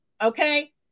okay